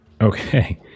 Okay